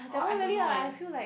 that really lah I feel like